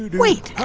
wait.